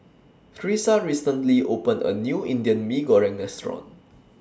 Tresa recently opened A New Indian Mee Goreng Restaurant